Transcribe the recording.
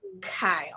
Kyle